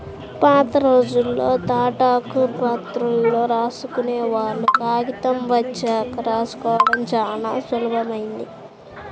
పాతరోజుల్లో తాటాకు ప్రతుల్లో రాసుకునేవాళ్ళు, కాగితం వచ్చాక రాసుకోడం చానా సులభమైంది